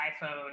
iPhone